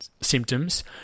symptoms